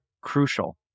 crucial